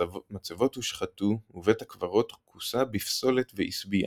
מצבות הושחתו ובית הקברות כוסה בפסולת ועשבייה.